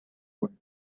wood